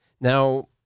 Now